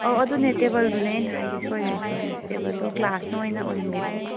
ꯑꯧ ꯑꯗꯨꯅꯦ ꯇꯦꯕꯜꯗꯨꯅꯦ ꯑꯩꯅ ꯍꯥꯏꯁꯦ ꯁꯣꯏꯈ꯭ꯔꯦ ꯁꯣꯏꯈ꯭ꯔꯦ ꯇꯦꯕꯜꯗꯣ ꯒ꯭ꯂꯥꯁꯅ ꯑꯣꯏꯅ ꯑꯣꯏꯍꯟꯕꯤꯔꯛꯑꯣꯕ